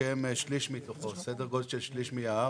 לשקם שליש מתוכו, סדר גודל של שליש מההר.